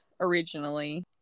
originally